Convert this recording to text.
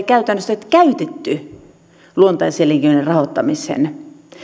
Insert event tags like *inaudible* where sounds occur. *unintelligible* käytännössä käytetty luontaiselinkeinojen rahoittamiseen